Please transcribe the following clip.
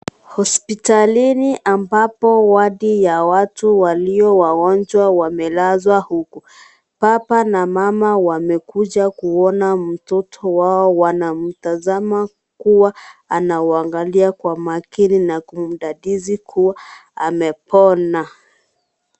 Hospitalini ambapo wodi ya watu walio wagonjwa wamelazwa huku. Baba na mama wamekuja kuona mtoto wao. Wanatazama kuwa anawaangalia kwa makini na kumdadisi kuwa amepona.